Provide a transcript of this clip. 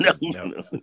no